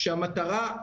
כשהמטרה,